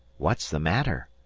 what's the matter?